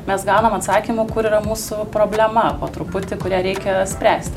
mes gavom atsakymų kur yra mūsų problema po truputį kurią reikia spręsti